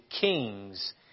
kings